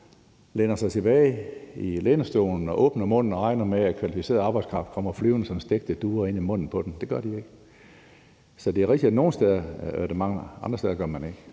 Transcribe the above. læner sig tilbage i lænestolen og åbner munden og regner med, at kvalificeret arbejdskraft kommer flyvende som stegte duer ind i munden på dem; det gør de ikke. Så det er rigtigt, at der er nogle steder, der mangler